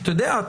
אתה יודע,